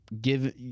give